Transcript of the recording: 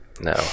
No